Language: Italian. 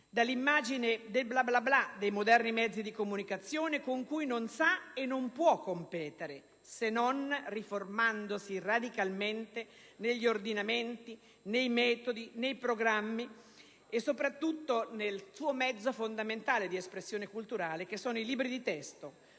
dall'immagine del "bla bla bla", dei moderni mezzi di comunicazione con cui non sa e non può competere, se non riformandosi radicalmente negli ordinamenti, nei metodi, nei programmi e soprattutto nel suo mezzo fondamentale di espressione culturale, che sono i libri di testo,